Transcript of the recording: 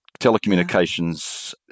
telecommunications